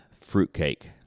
fruitcake